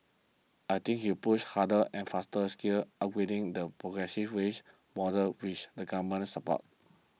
I think he push harder and faster skills upgrading the progressive wage model which the government supports